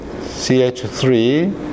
CH3